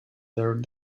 their